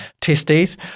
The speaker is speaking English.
testes